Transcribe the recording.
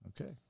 Okay